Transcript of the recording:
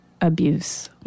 Abuse